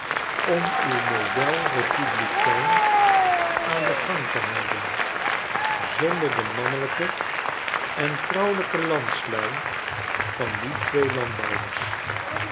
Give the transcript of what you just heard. om uw model republiek aan den gang te houden zonder de mannelijke en vrouwelijke landslui van die twee landbouwers